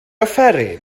offeryn